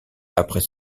après